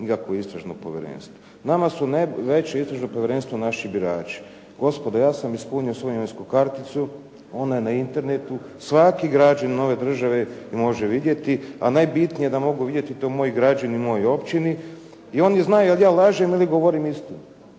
nikakvo istražno povjerenstvo. Nama su najveće istražno povjerenstvo naši birači. Gospodo, ja sam ispunio svoju imovinsku karticu, ona je na Internetu. Svaki građanin ove države ju može vidjeti, a najbitnije je da mogu vidjeti to moji građani u mojoj općini i oni znaju jel ja lažem ili govorim istinu.